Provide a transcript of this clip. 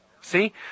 See